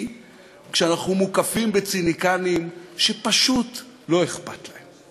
כשאנחנו מוקפים בציניקנים שפשוט לא אכפת להם.